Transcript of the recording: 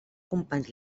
companys